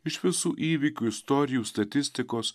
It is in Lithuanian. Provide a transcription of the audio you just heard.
iš visų įvykių istorijų statistikos